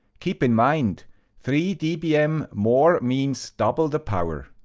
keep in mind three dbm more means double the power.